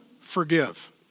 forgive